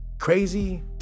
crazy